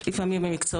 זו המטרה.